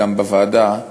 גם בוועדה,